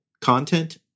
content